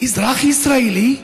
אזרח ישראלי,